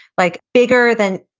like bigger than,